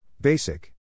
Basic